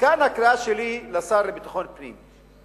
ומכאן הקריאה שלי לשר לביטחון פנים: